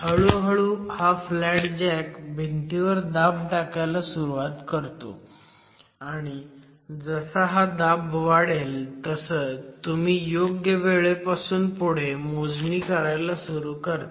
हळू हळू हा फ्लॅट जॅक भिंतीवर दाब टाकायला सुरुवात करतो आणि जसा हा दाब वाढेल तसं तुम्ही योग्य वेळेपासून पुढे मोजणी करायला सुरू करता